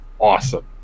awesome